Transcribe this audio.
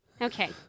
Okay